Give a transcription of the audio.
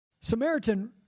Samaritan